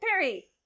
Perry